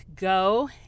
go